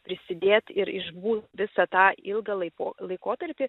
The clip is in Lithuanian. prisidėt ir išbūt visą tą ilgą laiko laikotarpį